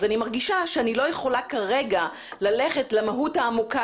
אז אני מרגישה שאני לא יכולה כרגע ללכת למהות העמוקה